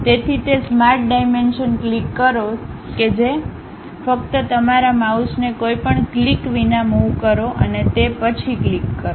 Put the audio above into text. તેથી તે smart dimension click કરો કે જે ક્લિક કરો ફક્ત તમારા માઉસને કોઈપણ ક્લિક વિના મુવ કરો અને તે પછી ક્લિક કરો